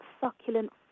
succulent